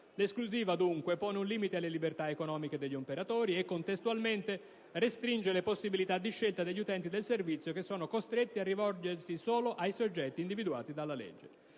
L'esclusiva, dunque, pone un limite alle libertà economiche degli operatori e contestualmente restringe le possibilità di scelta degli utenti del servizio che sono costretti a rivolgersi solo ai soggetti individuati dalla legge.